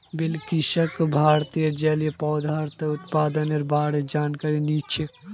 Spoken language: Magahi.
बिलकिसक भारतत जलिय पौधार उत्पादनेर बा र जानकारी नी छेक